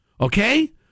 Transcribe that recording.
Okay